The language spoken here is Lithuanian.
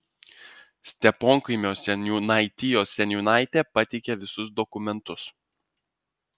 steponkaimio seniūnaitijos seniūnaitė pateikė visus dokumentus